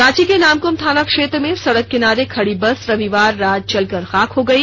रांची के नामकुम थाना क्षेत्र में सड़क किनारे खड़ी बस रविवार रात जलकर खाक हो गई